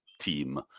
team